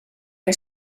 que